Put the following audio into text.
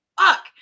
fuck